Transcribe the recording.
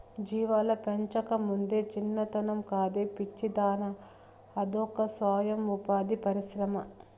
జీవాల పెంపకమంటే చిన్నతనం కాదే పిచ్చిదానా అదొక సొయం ఉపాధి పరిశ్రమ